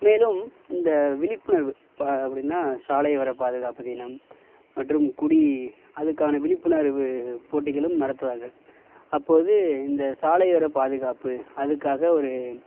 மேலும் இந்த விழிப்புணர்வு பா அப்படின்னா சாலையோர பாதுகாப்பு தினம் மற்றும் குடி அதுக்கான விழிப்புணர்வு போட்டிகளும் நடத்துவார்கள் அப்போது இந்த சாலையோர பாதுகாப்பு அதுக்காக ஒரு